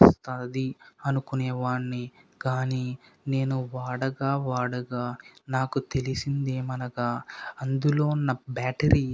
వస్తుంది అనుకొనే వాడిని కానీ నేను వాడగా వాడగా నాకు తెలిసింది ఏమనగా అందులో ఉన్న బ్యాటరీ